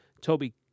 Toby